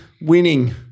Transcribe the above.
winning